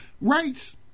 rights